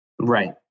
Right